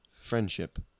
Friendship